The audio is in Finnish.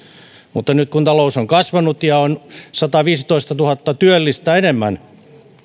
mutta nyt kun talous on kasvanut ja on sataviisitoistatuhatta työllistä enemmän